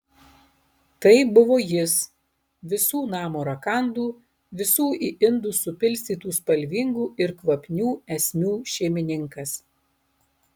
tai buvo jis visų namo rakandų visų į indus supilstytų spalvingų ir kvapnių esmių šeimininkas